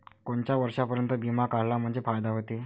कोनच्या वर्षापर्यंत बिमा काढला म्हंजे फायदा व्हते?